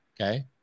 okay